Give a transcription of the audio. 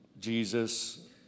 Jesus